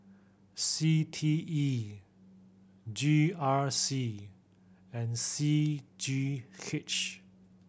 C T E G R C and C G H